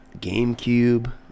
GameCube